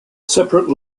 separate